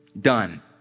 done